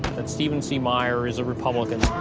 that stephen c. meyer is a republican.